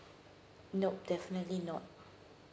nope definitely not